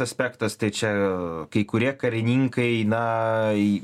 aspektas tai čia kai kurie karininkai na